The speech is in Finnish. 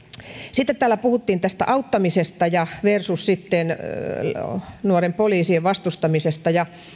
sitten täällä puhuttiin auttamisesta versus poliisien vastustamisesta ja